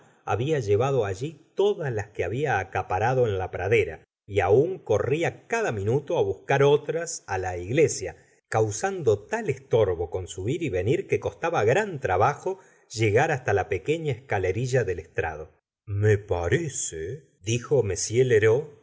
había llevado allí todas las que había acaparado en la pradera y aun corría cada minuto buscar otas á la iglesia causando tal estorbo con su ir y venir que costaba gran trabajo llegar hasta la pequeña escalerilla del estrado me parece dijo m